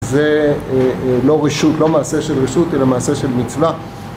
זה לא מעשה של רשות, אלא מעשה של מצווה.